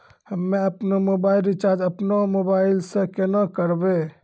हम्मे आपनौ mobile recharge आपनौ मोबाइल से केना करवै?